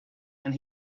and